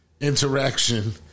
Interaction